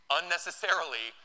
unnecessarily